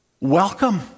Welcome